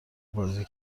بازی